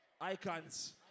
Icons